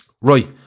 Right